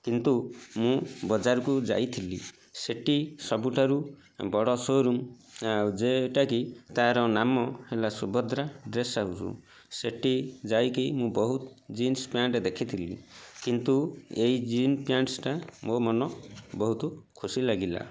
କିନ୍ତୁ ମୁଁ ବଜାରକୁ ଯାଇଥିଲି ସେଇଠି ସବୁଠାରୁ ବଡ଼ ଶୋରୁମ୍ ଯେଇଟା କି ତା'ର ନାମ ହେଲା ସୁଭଦ୍ରା ଡ୍ରେସ୍ ଶୋରୁମ୍ ସେଇଟି ଯାଇକି ମୁଁ ବହୁତ ଜିନ୍ସ ପ୍ୟାଣ୍ଟ୍ ଦେଖିଥିଲି କିନ୍ତୁ ଏଇ ଜିନ୍ ପ୍ୟାଣ୍ଟସ୍ଟା ମୋ ମନ ବହୁତ ଖୁସି ଲାଗିଲା